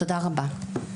תודה רבה.